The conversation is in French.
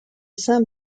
saint